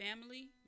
family